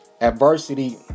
adversity